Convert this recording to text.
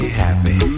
happy